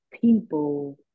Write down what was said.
people